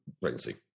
pregnancy